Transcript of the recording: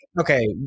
okay